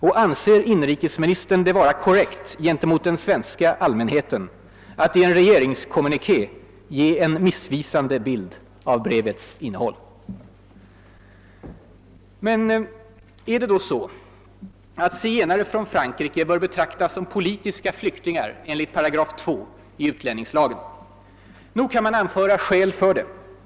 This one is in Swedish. Och anser inrikesministern det vara korrekt gentemot den svenska allmänheten att i en regeringskommuniké ge en missvisande bild av brevets innehåll? Är det då så att zigenare från Frankrike bör betraktas som politiska flyktingar enligt 2 § i utlänningslagen? Nog kan man anföra skäl för det.